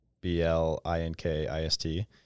B-L-I-N-K-I-S-T